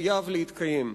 חייב להתקיים.